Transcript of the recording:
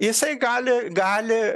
jisai gali gali